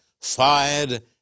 fired